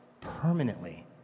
permanently